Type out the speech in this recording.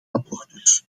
abortus